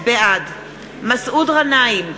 בעד מסעוד גנאים,